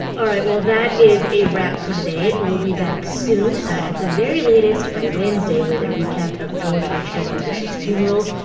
all right, well, that is a wrap for today. we'll be back soon, at the very latest by wednesday, with a recap of george h w. bush's funeral.